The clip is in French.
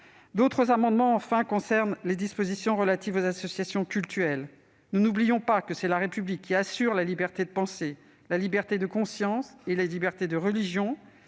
D'autres amendements, enfin, concernent les dispositions relatives aux associations cultuelles. Nous n'oublions pas que c'est la République qui assure la liberté de pensée, de conscience et de religion,